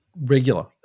regular